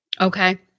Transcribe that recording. Okay